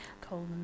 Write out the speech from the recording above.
cold